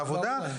בעבודה.